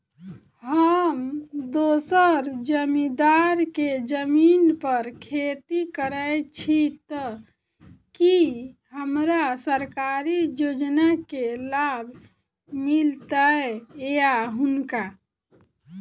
हम दोसर जमींदार केँ जमीन पर खेती करै छी तऽ की हमरा सरकारी योजना केँ लाभ मीलतय या हुनका?